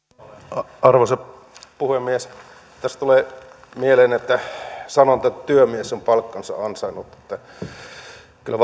arvoisa puhemies tässä tulee mieleen sanonta että työmies on palkkansa ansainnut kyllä